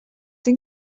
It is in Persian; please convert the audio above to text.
این